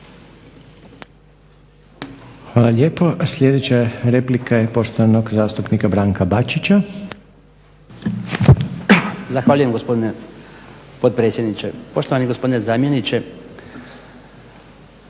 Hvala lijepo. Sljedeća replika je poštovanog zastupnika Branka Bačića. **Bačić, Branko (HDZ)** Zahvaljujem gospodine potpredsjedniče. Poštovani gospodine zamjeniče